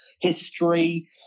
history